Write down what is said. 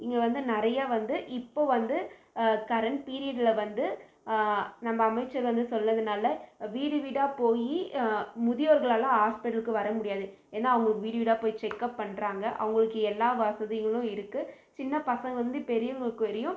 இங்கே வந்து நிறையா வந்து இப்போ வந்து கரண்ட் பீரியடில் வந்து நம்ம அமைச்சர் வந்து சொன்னதுனால வீடு வீடாக போய் முதியோர்கள் எல்லாம் ஹாஸ்பிட்டலுக்கு வர முடியாது ஏன்னா அவங்களுக்கு வீடு வீடாக போய் செக்அப் பண்ணுறாங்க அவங்களுக்கு எல்லா வசதிகளும் இருக்கு சின்ன பசங்கலேந்து பெரியவங்களுக்கு வரியும்